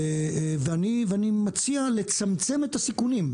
ואני מציע לצמצם את הסיכונים,